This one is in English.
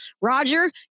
roger